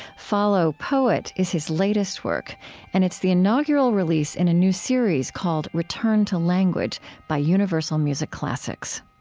follow, poet is his latest work, and it's the inaugural release in a new series called return to language by universal music classics.